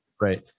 Right